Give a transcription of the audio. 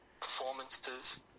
performances